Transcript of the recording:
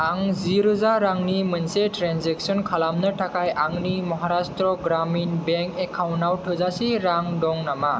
आं जिरोजा रांनि मोनसे ट्रेनजेक्सन खालामनो थाखाय आंनि महाराष्ट्र ग्रामिन बेंक एकाउन्टाव थोजासे रां दं नामा